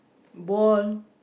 ball